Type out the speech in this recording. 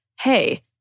hey